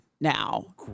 Now